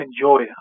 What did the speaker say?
enjoy